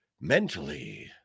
mentally